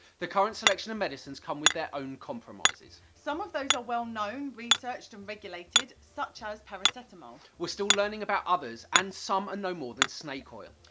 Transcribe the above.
the current selection of medicines come with their own compromises. some of those are well known, researched and regulated such as paracetamol. we're still learning about others and some are no more than snake oil.